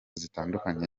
zitandukanye